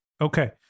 Okay